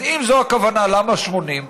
אז אם זו הכוונה, למה 80?